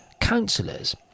councillors